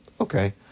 okay